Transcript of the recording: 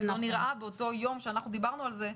כי באותו יום שבו דיברנו על זה,